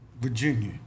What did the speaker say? Virginia